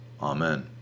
Amen